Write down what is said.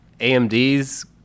AMD's